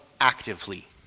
actively